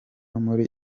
muri